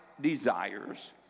desires